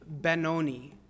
Benoni